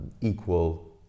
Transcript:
equal